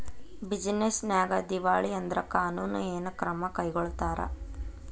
Business ನ್ಯಾಗ ದಿವಾಳಿ ಆದ್ರ ಕಾನೂನು ಏನ ಕ್ರಮಾ ಕೈಗೊಳ್ತಾರ?